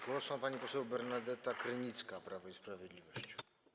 Głos ma pani poseł Bernadeta Krynicka, Prawo i Sprawiedliwość.